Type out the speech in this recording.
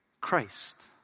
Christ